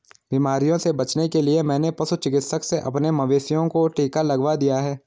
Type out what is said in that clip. बीमारियों से बचने के लिए मैंने पशु चिकित्सक से अपने मवेशियों को टिका लगवा दिया है